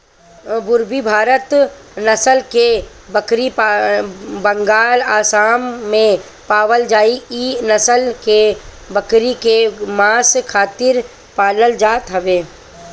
पुरबी भारत नसल के बकरी बंगाल, आसाम में पावल जाले इ नसल के बकरी के मांस खातिर पालल जात हवे